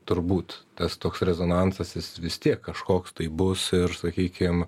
turbūt tas toks rezonansas jis vis tiek kažkoks tai bus ir sakykim